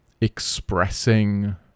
expressing